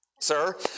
sir